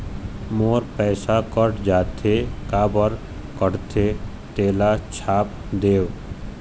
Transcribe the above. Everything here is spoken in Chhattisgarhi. मोर पैसा कट जाथे काबर कटथे तेला छाप देव?